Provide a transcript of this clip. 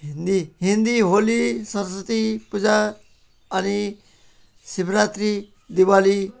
हिन्दी हिन्दी होली सरस्वती पूजा अनि शिवरात्रि दिवाली